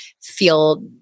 feel